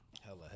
Hella